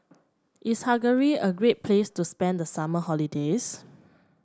is Hungary a great place to spend the summer holidays